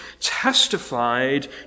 testified